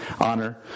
honor